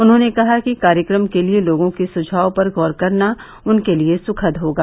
उन्होंने कहा कि कार्यक्रम के लिए लोगों के सुझाव पर गौर करना उनके लिए सुखद होगा